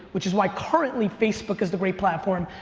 which is why currently facebook is the great platform,